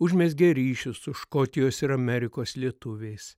užmezgė ryšius su škotijos ir amerikos lietuviais